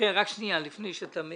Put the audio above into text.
לפני שאתה מעיר.